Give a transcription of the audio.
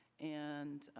and